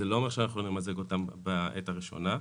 זה לא אומר שאנחנו נמזג אותם בעת הראשונה.